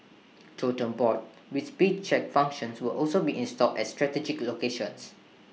totem boards with speed check functions will also be installed at strategic locations